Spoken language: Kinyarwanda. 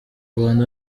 rwanda